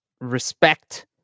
respect